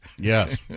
Yes